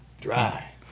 Dry